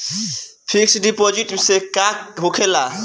Fix deposit से का होखे ला?